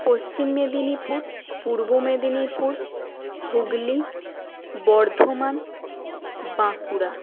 Paschim Medinipur Purba Medinipur Hooghly Bardhaman Bankura